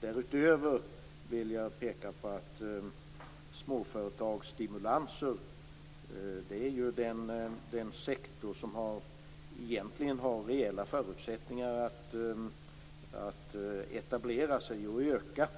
Därutöver vill jag peka på att småföretagsstimulanser - småföretagen är den sektor som egentligen har rejäla förutsättningar att etablera sig och växa